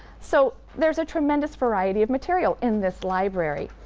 so, there's a tremendous variety of material in this library,